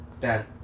Dad